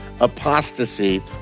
apostasy